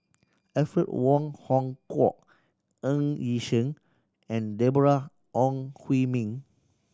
Alfred Wong Hong Kwok Ng Yi Sheng and Deborah Ong Hui Min